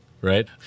Right